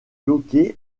bloquer